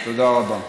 תודה רבה.